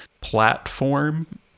platform